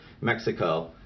Mexico